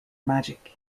magic